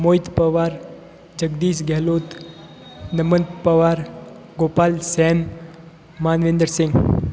मोहित पवार जगदीस गहलोत नमत पवार गोपाल सेन मानिंदर सिंह